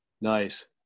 Nice